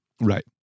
Right